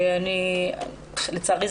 לצערי,